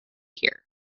hear